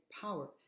power